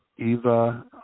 Eva